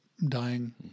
dying